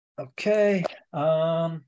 Okay